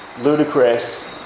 ludicrous